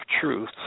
truth